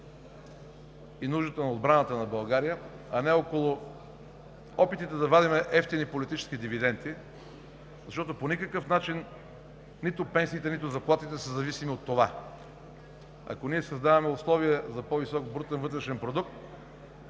и нуждите на отбраната на България, а не около опитите да вадим евтини политически дивиденти, защото по никакъв начин нито пенсиите, нито заплатите са зависими от това, ако ние създаваме условия за по-висок брутен вътрешен продукт